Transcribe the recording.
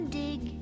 dig